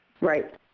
Right